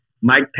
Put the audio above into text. Mike